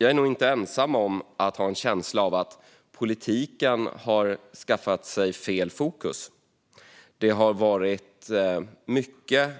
Jag är nog inte ensam om känslan att politiken har skaffat sig fel fokus. Det har varit mycket